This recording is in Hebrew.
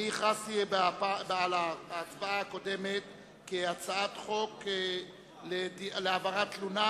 הכרזתי בהצבעה הקודמת על הצעת חוק להעברת תלונה